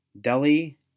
Delhi